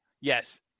Yes